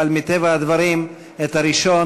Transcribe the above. אבל מטבע הדברים הראשון,